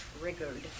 triggered